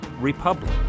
republic